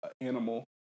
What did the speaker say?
animal